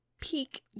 peak